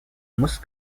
must